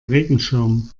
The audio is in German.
regenschirm